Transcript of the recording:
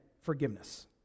forgiveness